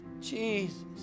Jesus